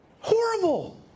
horrible